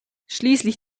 schließlich